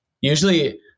usually